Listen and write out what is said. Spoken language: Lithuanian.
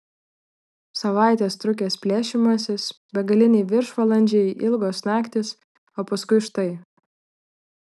savaites trukęs plėšymasis begaliniai viršvalandžiai ilgos naktys o paskui štai